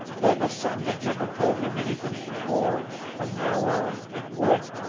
though the sun had never told him anything before, from now on it would.